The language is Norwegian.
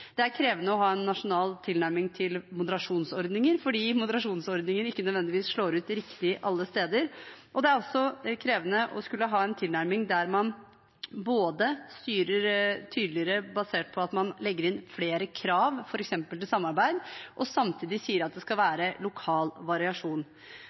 krevende å ha en nasjonal tilnærming til moderasjonsordninger, for moderasjonsordninger slår ikke nødvendigvis riktig ut alle steder. Det er også krevende å skulle ha en tilnærming der man både styrer tydeligere basert på at man legger inn flere krav, f.eks. til samarbeid, og samtidig sier at det skal